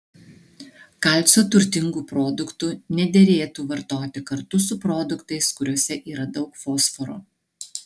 kalcio turtingų produktų nederėtų vartoti kartu su produktais kuriuose yra daug fosforo